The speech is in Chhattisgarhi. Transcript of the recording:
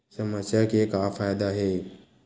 समस्या के का फ़ायदा हे?